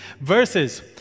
verses